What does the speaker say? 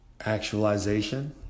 Actualization